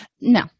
no